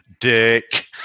Dick